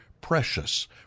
precious